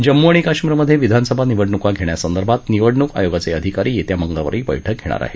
जम्मू आणि कश्मिरमधे विधानसभा निवडणूका घेण्यासंदर्भात निवडणूक आयोगाचे अधिकारी येत्या मंगळवारी बक्कि घेणार आहेत